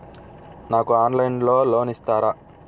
నాకు ఆన్లైన్లో లోన్ ఇస్తారా?